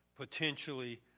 potentially